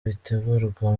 bitegurwa